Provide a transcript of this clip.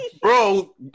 Bro